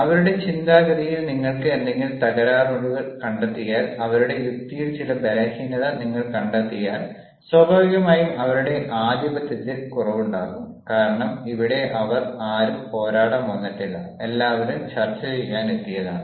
അവരുടെ ചിന്താഗതിയിൽ നിങ്ങൾ എന്തെങ്കിലും തകരാറുകൾ കണ്ടെത്തിയാൽ അവരുടെ യുക്തിയിൽ ചില ബലഹീനത നിങ്ങൾ കണ്ടെത്തിയാൽ സ്വാഭാവികമായും അവരുടെ ആധിപത്യത്തിൽ കുറവുണ്ടാവും കാരണം ഇവിടെ അവർ ആരും പോരാടാൻ വന്നിട്ടില്ല എല്ലാവരും ചർച്ചചെയ്യാൻ എത്തിയതാണ്